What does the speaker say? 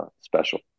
special